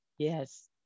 Yes